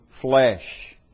flesh